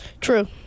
True